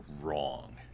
Wrong